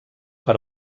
per